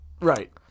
Right